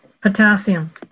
potassium